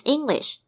English